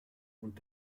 und